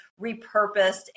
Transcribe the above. repurposed